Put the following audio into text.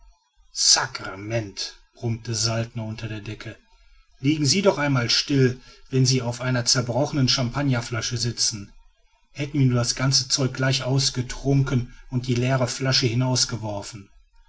sackerment brummte saltner unter der decke liegen sie doch einmal still wenn sie auf einer zerbrochenen champagnerflasche sitzen hätten wir nur das ganze zeug gleich ausgetrunken und die leere flasche